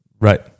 right